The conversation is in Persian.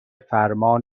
فرمان